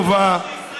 למה להאשים,